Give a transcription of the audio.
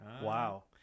Wow